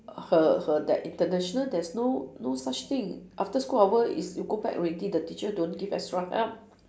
her her that international there's no no such thing after school hour is you go back already the teacher don't give extra help